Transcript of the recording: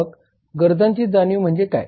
मग गरजांची जाणीव म्हणजे काय